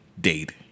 date